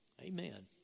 Amen